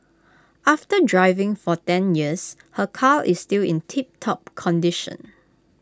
after driving for ten years her car is still in tiptop condition